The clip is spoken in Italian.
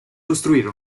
costruire